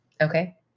Okay